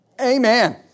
Amen